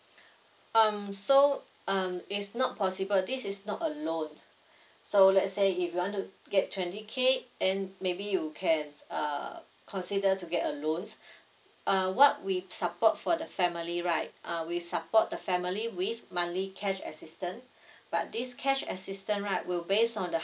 um so um it's not possible this is not a loan so let's say if you want to get twenty K then maybe you can uh consider to get a loans uh what we support for the family right uh we support the family with monthly cash assistance but this cash assistance right will based on the